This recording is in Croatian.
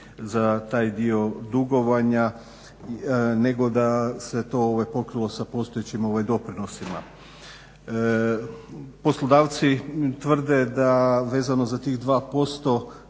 za taj dio dugovanja nego da se to pokrilo sa postojećim doprinosima. Poslodavci tvrde da vezano za tih 2%